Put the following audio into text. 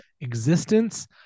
existence